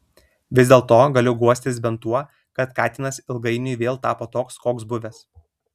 vis dėlto galiu guostis bent tuo kad katinas ilgainiui vėl tapo toks koks buvęs